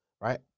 Right